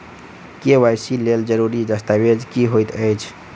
KYC लेल जरूरी दस्तावेज की होइत अछि?